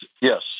yes